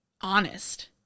honest